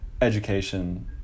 education